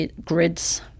grids